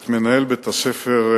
את מנהל בית-הספר,